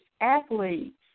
athletes